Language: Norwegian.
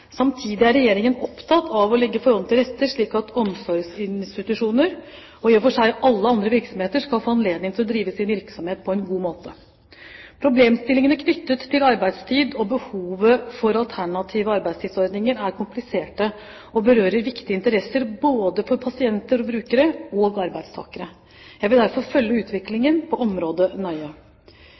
Samtidig er Regjeringen opptatt av å legge forholdene til rette slik at omsorgsinstitusjoner og i og for seg alle andre virksomheter skal få anledning til å drive sin virksomhet på en god måte. Problemstillingene knyttet til arbeidstid og behovet for alternative arbeidstidsordninger er kompliserte og berører viktige interesser både for pasienter/brukere og arbeidstakere. Jeg vil derfor følge utviklingen på området nøye.